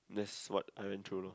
that's what I went through lor